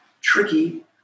tricky